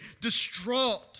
distraught